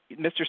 Mr